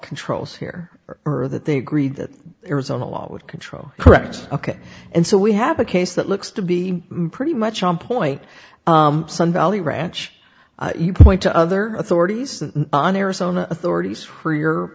controls here or that they agree that arizona law would control correct ok and so we have a case that looks to be pretty much on point sun valley ranch you point to other authorities on arizona authorities f